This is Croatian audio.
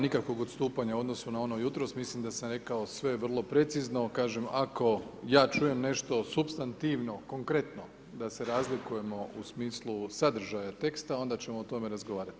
Nema nikakvog odstupanja u odnosu na ono jutros, mislim da sam rekao sve vrlo precizno, kažem ako ja čujem nešto supstativno, konkretno, da se razlikujemo u smisli sadržaja teksta, onda ćemo o tome razgovarati.